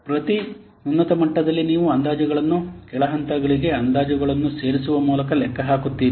ಪ್ರತಿ ಉನ್ನತ ಮಟ್ಟದಲ್ಲಿ ನೀವು ಅಂದಾಜುಗಳನ್ನು ಕೆಳ ಹಂತಗಳಿಗೆ ಅಂದಾಜುಗಳನ್ನು ಸೇರಿಸುವ ಮೂಲಕ ಲೆಕ್ಕ ಹಾಕುತ್ತೀರಿ